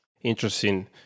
Interesting